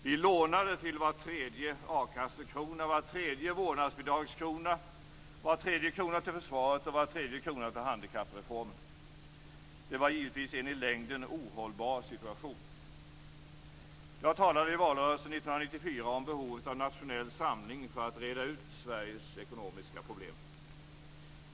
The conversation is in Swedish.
Vi lånade till var tredje a-kassekrona, var tredje vårdnadsbidragskrona, var tredje krona till försvaret och var tredje krona till handikappreformen. Det givetvis en i längden ohållbar situation. Jag talade i valrörelsen 1994 om behovet av nationell samling för att reda ut Sveriges ekonomiska problem.